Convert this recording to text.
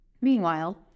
Meanwhile